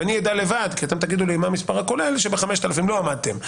ואני אדע לבד כי אתם תגידו לי מהו המספר הכולל שלא עמדתם ב-5,000.